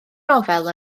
nofel